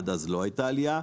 עד אז לא הייתה עלייה.